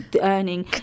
earning